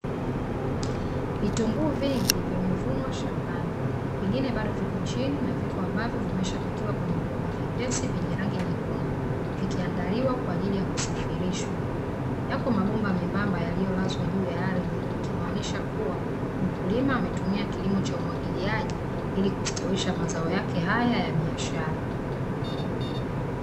Vitunguu vingi vimevunwa shambani vingine bado vipo chini na viko ambavyo vimepakiwa kwenye viroba vyepesi vyenye rangi nyekundu, vikiandaliwa kwa ajili ya kusafilishwa. Yapo mabomba membamba yaliyolazwa juu ya ardhi hiki maanisha kuwa mkulima ametumia kilimo cha umwagiliaji ili kustawisha mazao yake haya ya biashara.